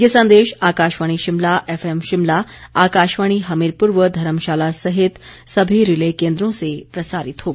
ये संदेश आकाशवाणी शिमला एफएम शिमला आकाशवाणी हमीरपुर व धर्मशाला सहित सभी रिले केंद्रों से प्रसारित होगा